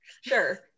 sure